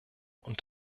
und